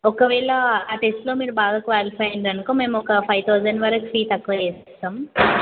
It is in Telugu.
ఒకవేళ ఆ టెస్ట్లో మీరు బాగా క్వాలిఫై అయిండ్రనుకో మేము ఒక ఫైవ్ తౌజండ్ వరకు ఫీజ్ తక్కువ చేసిస్తాం